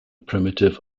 primitive